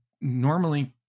normally